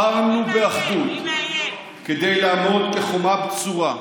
בחרנו באחדות כדי לעמוד כחומה בצורה,